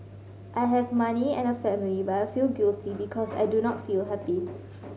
I have money and a family but I feel guilty because I do not feel happy